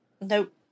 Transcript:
Nope